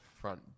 front